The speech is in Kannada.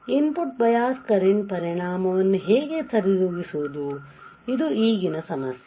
ಇನ್ ಪುಟ್ ಬಯಾಸ್ ಕರೆಂಟ್ ಪರಿಣಾಮವನ್ನು ಹೇಗೆ ಸರಿದೂಗಿಸುವುದು ಇದು ಈಗಿನ ಸಮಸ್ಯೆ